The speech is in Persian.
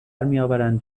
میآورند